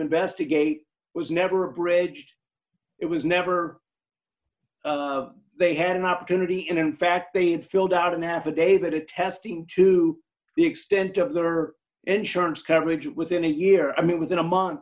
investigate was never abridged it was never they had an opportunity and in fact they had filled out an affidavit attesting to the extent of that or insurance coverage within a year i mean within a month